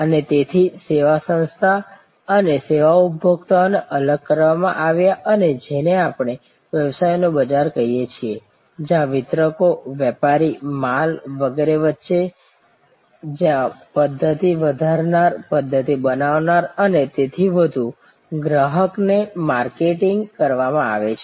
અને તેથી સેવા સંસ્થા અને સેવા ઉપભોક્તાઓને અલગ કરવામાં આવ્યા અને જેને આપણે વ્યવસાયોનું બજાર કહીએ છીએ જ્યાં વિતરકોવેપારી માલ વગેરે વચ્ચે જ્યાં પ્ધત્તિ વધારનાર પ્ધત્તિ બનાવનાર અને તેથી વધુની વચ્ચે ગ્રાહકને માર્કેટિંગ કરવામાં આવે છે